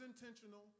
intentional